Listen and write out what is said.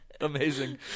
amazing